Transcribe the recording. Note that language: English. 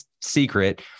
secret